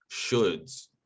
shoulds